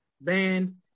Band